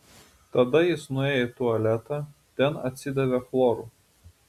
tada jis nuėjo į tualetą ten atsidavė chloru